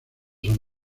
son